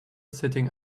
sitting